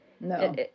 No